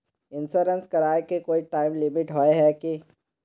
Insurance कराए के कोई टाइम लिमिट होय है की?